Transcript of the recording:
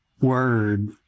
word